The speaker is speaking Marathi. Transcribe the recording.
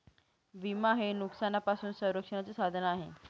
विमा हे नुकसानापासून संरक्षणाचे साधन आहे